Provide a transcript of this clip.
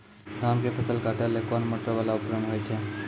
धान के फसल काटैले कोन मोटरवाला उपकरण होय छै?